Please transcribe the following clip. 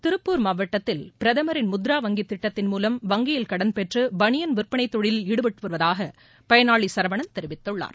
திருப்பூர் மாவட்டத்தில் பிரதமரின் முத்ரா வங்கித் திட்டத்தின் மூலம் வங்கியில் கடன் பெற்று பனியன் விற்பனை தொழிலில் ஈடுபட்டு வருவதாக பயனாளி சரவணன் தெரிவித்துள்ளார்